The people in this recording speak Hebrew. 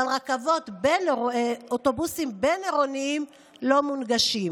אבל אוטובוסים בין-עירוניים לא מונגשים.